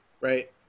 right